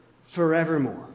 forevermore